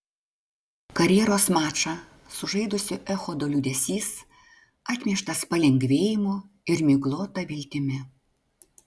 karjeros mačą sužaidusio echodo liūdesys atmieštas palengvėjimu ir miglota viltimi